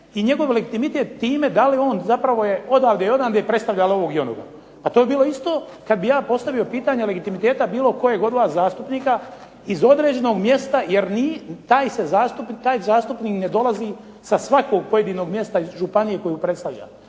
i njegov legitimitet time da li on zapravo je odavde ili odande i predstavlja li ovog ili onog? A to bi bilo isto kad bi ja postavio pitanje legitimiteta bilo kojeg od vas zastupnika iz određenog mjesta jer taj zastupnik ne dolazi sa svakog pojedinog mjesta iz županije koju predstavlja,